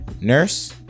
nurse